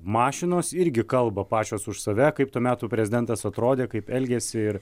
mašinos irgi kalba pačios už save kaip to meto prezidentas atrodė kaip elgėsi ir